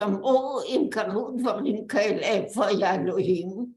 גם אור, אם קרו דברים כאלה, איפה היה אלוהים?